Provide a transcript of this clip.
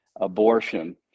Abortion